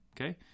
okay